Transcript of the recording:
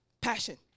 passion